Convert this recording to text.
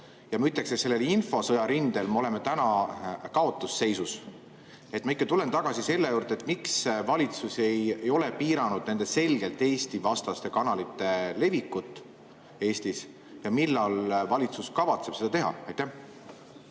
Ja ma ütleksin, et sellel infosõja rindel me oleme täna kaotusseisus. Ma tulen ikkagi tagasi selle juurde: miks valitsus ei ole piiranud nende selgelt Eesti-vastaste kanalite levikut Eestis ja millal valitsus kavatseb seda teha?